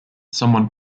someone